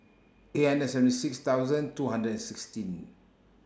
eight hundred and seventy six thousand two hundred and sixteen